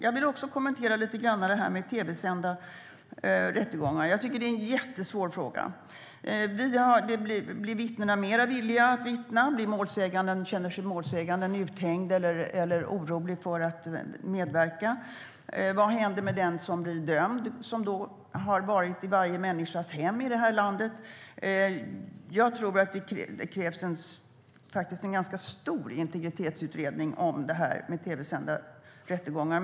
Jag vill också kommentera det här med tv-sända rättegångar. Jag tycker att det är en jättesvår fråga. Blir vittnena mer villiga att vittna? Känner sig målsäganden uthängd eller är orolig för att medverka? Vad händer med den som blir dömd, som då har varit i varje människas hem i det här landet? Jag tror att det krävs en ganska stor integritetsutredning av det här med tv-sända rättegångar.